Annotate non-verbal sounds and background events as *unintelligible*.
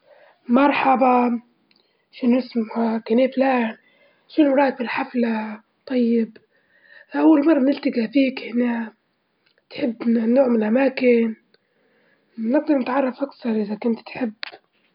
مرحبًا، شنو اسمك؟ *unintelligible* شنو رأيك بالحفلة طيب؟ أول مرة نلتجي فيك هنا، تحب نوع من الأماكن؟ نبي نتعرف أكثر إذا كنت تحب.